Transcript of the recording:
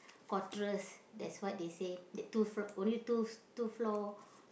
quatres that's what they say the two fl~ only two two floor